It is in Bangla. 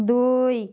দুই